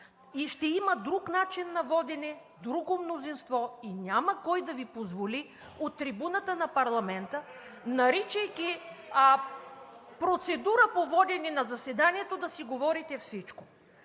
Ще има друг начин на водене, друго мнозинство и няма кой да Ви позволи от трибуната на парламента (реплики от ГЕРБ-СДС), наричайки процедура по водене на заседанието, да си говорите всичко.